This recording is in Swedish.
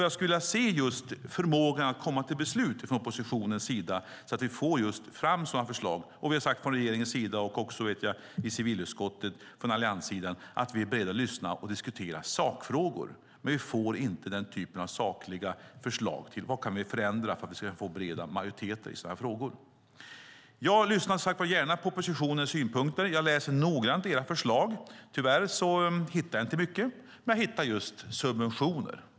Jag skulle vilja se förmågan att komma till beslut från oppositionens sida så att vi får fram just sådana förslag. Vi har sagt från regeringens sida och även från allianssidan i civilutskottet att vi är beredda att diskutera sakfrågor, men vi får inte den typen av sakliga förslag om vad vi kan förändra för att vi ska få breda majoriteter i sådana här frågor. Jag lyssnar som sagt gärna på oppositionens synpunkter. Jag läser noggrant era förslag. Tyvärr hittar jag inte mycket, men jag hittar just subventioner.